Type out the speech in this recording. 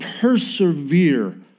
persevere